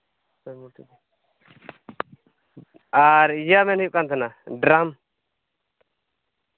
ᱟᱨ ᱤᱭᱟᱹ ᱢᱮᱱ ᱦᱩᱭᱩᱜ ᱠᱟᱱ ᱛᱟᱦᱮᱱᱟ ᱰᱨᱟᱢ